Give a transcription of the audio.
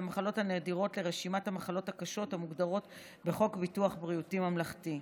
המחלות הנדירות לרשימת המחלות הקשות המוגדרות בחוק ביטוח בריאות ממלכתי.